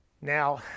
Now